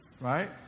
right